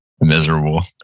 miserable